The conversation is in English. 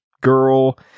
girl